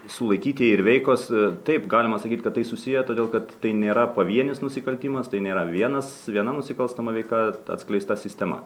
sulaikyti ir veikos taip galima sakyt kad tai susiję todėl kad tai nėra pavienis nusikaltimas tai nėra vienas viena nusikalstama veika atskleista sistema